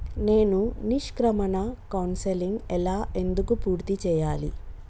నేను నిష్క్రమణ కౌన్సెలింగ్ ఎలా ఎందుకు పూర్తి చేయాలి?